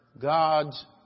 God's